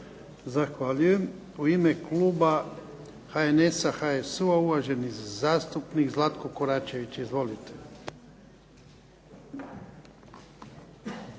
Zahvaljujem. U ime kluba HNS-a, HSU-a uvaženi zastupnik Zlatko Koračević. Izvolite.